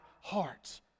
hearts